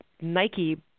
Nike